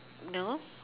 no